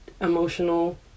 emotional